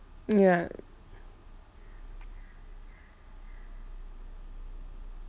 mm ya